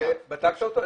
בדקת אותם?